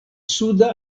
suda